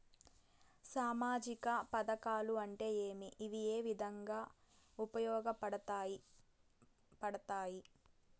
సామాజిక పథకాలు అంటే ఏమి? ఇవి ఏ విధంగా ఉపయోగపడతాయి పడతాయి?